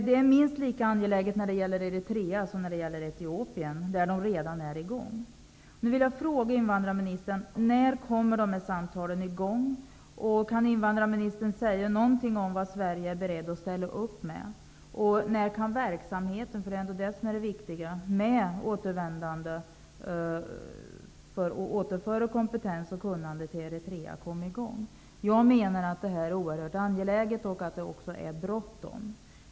Det är minst lika angeläget när det gäller Eritrea som när det gäller Etiopien, där de redan är i gång. När kan verksamheten -- för det är ändå den som är det viktiga -- med återvändande av kompetens och kunnande till Eritrea komma i gång? Jag menar att detta är oerhört angeläget och att det är bråttom.